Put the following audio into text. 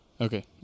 Okay